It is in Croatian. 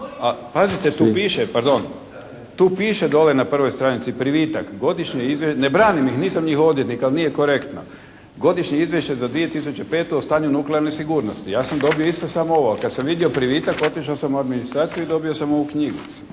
A pazite tu piše, pardon, tu piše dole na prvoj stranici: Privitak, Godišnje izvješće. Ne branim ih, nisam njihov odvjetnik ali nije korektno. «Godišnje izvješće za 2005. o stanju nuklearne sigurnosti». Ja sam dobio isto samo ovo. A kad sam vidio privitak otišao sam u administraciju i dobio sam ovu knjigu